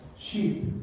sheep